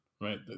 right